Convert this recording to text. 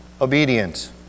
obedient